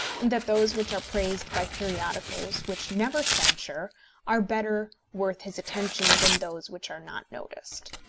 and that those which are praised by periodicals which never censure are better worth his attention than those which are not noticed.